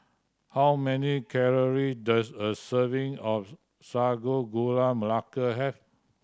how many calorie does a serving of Sago Gula Melaka have